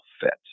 fit